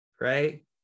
right